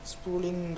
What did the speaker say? Spooling